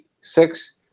six